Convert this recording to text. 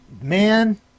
Man